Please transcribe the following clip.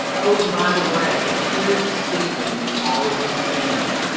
oh, and by the way, here's stephen and all of his family.